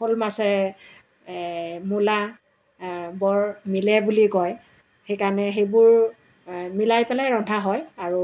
শ'ল মাছেৰে মূলা বৰ মিলে বুলি কয় সেইকাৰণে সেইবোৰ মিলাই পেলাই ৰন্ধা হয় আৰু